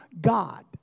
God